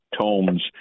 tomes